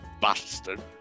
bastard